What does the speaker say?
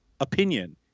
opinion